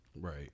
Right